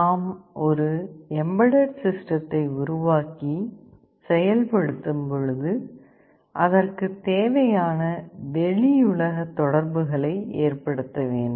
நாம் ஒரு எம்பெட்டெட் சிஸ்டத்தை உருவாக்கி செயல்படுத்தும் பொழுது அதற்கு தேவையான வெளியுலக தொடர்புகளை ஏற்படுத்த வேண்டும்